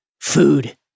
Food